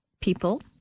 people